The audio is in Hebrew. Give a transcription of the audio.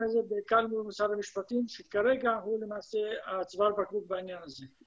הזה בעיקר מול משרד המשפטים שכרגע הוא למעשה צוואר הבקבוק בעניין הזה.